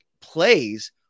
plays